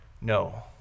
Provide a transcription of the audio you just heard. No